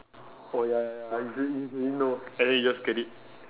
oh ya ya ya you should you should already know and then you just get it